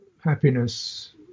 happiness